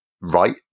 right